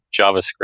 JavaScript